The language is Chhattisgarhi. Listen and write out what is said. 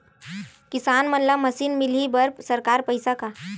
किसान मन ला मशीन मिलही बर सरकार पईसा का?